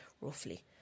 roughly